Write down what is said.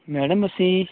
madam ਅਸੀਂ